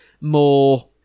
more